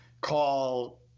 call